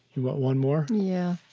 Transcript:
you want one more? yeah